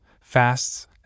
fasts